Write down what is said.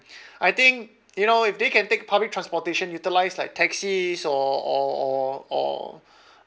I think you know if they can take public transportation utilise like taxis or or or or